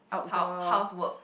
hou~ housework